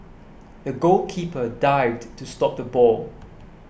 the goalkeeper dived to stop the ball